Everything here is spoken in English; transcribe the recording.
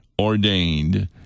ordained